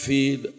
Feed